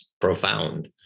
profound